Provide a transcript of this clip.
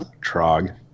trog